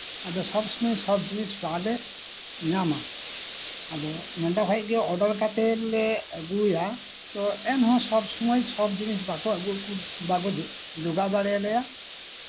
ᱟᱫᱚ ᱥᱚᱵ ᱥᱚᱢᱚᱭ ᱥᱚᱵ ᱡᱤᱱᱤᱥ ᱵᱟᱞᱮ ᱧᱟᱢᱟ ᱟᱫᱚ ᱱᱚᱸᱰᱮ ᱠᱷᱤᱡᱞᱮ ᱚᱰᱟᱨ ᱠᱟᱛᱮᱫ ᱞᱮ ᱟᱹᱜᱩᱭᱟ ᱮᱱᱦᱚᱸ ᱥᱚᱵ ᱥᱚᱢᱚᱭ ᱥᱚᱵ ᱡᱤᱱᱤᱥ ᱵᱟᱠᱚ ᱟᱹᱜᱩ ᱡᱚᱜᱟᱣ ᱫᱟᱲᱮ ᱟᱞᱮᱭᱟ